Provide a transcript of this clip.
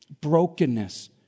brokenness